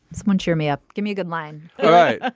someone cheer me up. give me a good line all right.